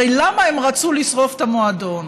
הרי למה הם רצו לשרוף את המועדון?